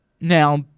Now